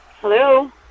Hello